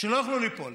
שלא יוכלו ליפול,